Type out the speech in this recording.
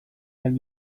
and